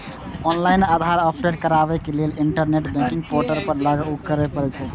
online Aadhaar update कराबै लेल internet banking portal पर लॉगइन करय पड़ै छै